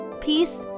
peace